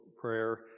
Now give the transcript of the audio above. prayer